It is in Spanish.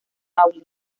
maule